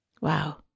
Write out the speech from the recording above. Wow